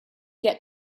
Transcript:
get